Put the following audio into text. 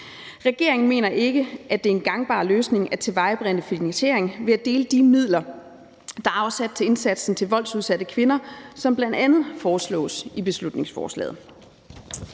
Regeringen mener ikke, at det er en gangbar løsning at tilvejebringe finansiering ved at dele de midler, der er afsat til indsatsen for voldsudsatte kvinder, som det bl.a. foreslås i beslutningsforslaget.